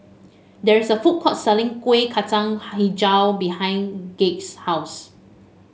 there is a food court selling Kuih Kacang hijau behind Gaige's house